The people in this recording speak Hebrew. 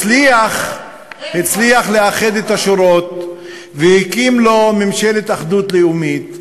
הצליח לאחד את השורות והקים לו ממשלת אחדות לאומית,